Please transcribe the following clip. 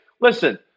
Listen